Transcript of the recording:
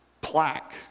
plaque